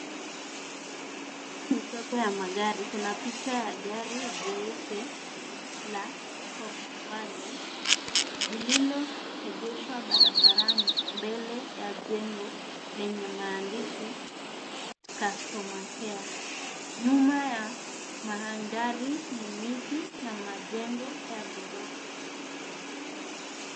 Hii ni soko ya magari. Kuna picha ya gari jeupe la Volkwagen lililoegeshwa barabarani mbele ya jengo lenye maandishi customer care . Nyuma ya mandhari ni miti na majengo ya ghorofa.